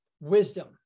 wisdom